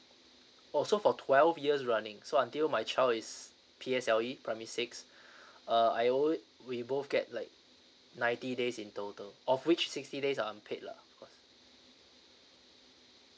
oh so for twelve years running so until my child is P_S_L_E primary six uh I would we both get like ninety days in total of which sixty days are unpaid lah of course